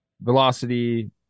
velocity